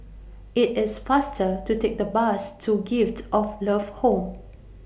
IT IS faster to Take The Bus to Gift of Love Home